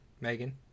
Megan